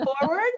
forward